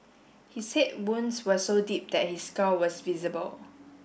he said wounds were so deep that his skull was visible